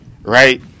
right